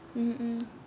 mm mm